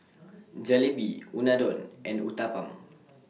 Jalebi Unadon and Uthapam